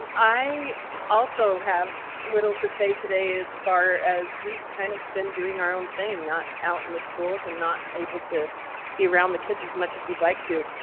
i also have little to say today as far as we've kind of been doing our own thing, not out in the schools and not able to be around the kids as much as we'd like to.